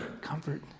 comfort